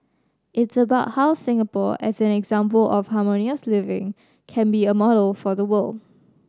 it's about how Singapore as an example of harmonious living can be a model for the world